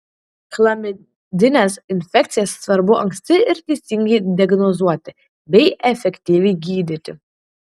chlamidines infekcijas svarbu anksti ir teisingai diagnozuoti bei efektyviai gydyti